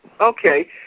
Okay